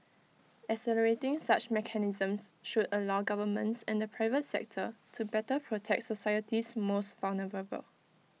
accelerating such mechanisms should allow governments and private sector to better protect society's most vulnerable